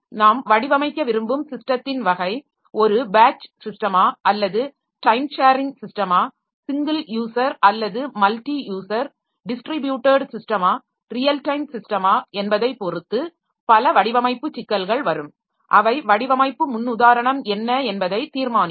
நாம் வடிவமைக்க விரும்பும் ஸிஸ்டத்தின் வகை ஒரு பேட்ச் ஸிஸ்டமா அல்லது டைம் ஷேரிங் ஸிஸ்டமா ஸிங்கிள் யூஸர் அல்லது மல்ட்டி யூஸர் டிஸ்ட்ரிப்யுட்டட் ஸிஸ்டமா ரியல் டைம் ஸிஸ்டமா என்பதை பொறுத்து பல வடிவமைப்பு சிக்கல்கள் வரும் அவை வடிவமைப்பு முன்னுதாரணம் என்ன என்பதை தீர்மானிக்கும்